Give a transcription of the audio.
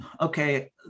okay